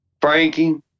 Frankie